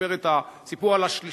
סיפר את הסיפור על השְליש,